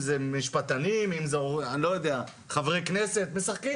אם זה משפטנים או חברי כנסת או אני לא יודע,